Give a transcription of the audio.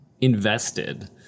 invested